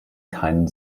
keinen